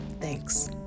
Thanks